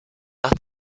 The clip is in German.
nach